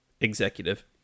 executive